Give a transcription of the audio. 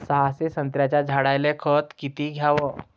सहाशे संत्र्याच्या झाडायले खत किती घ्याव?